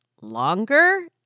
longer